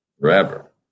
forever